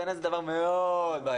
בעיניי זה דבר מאוד בעייתי.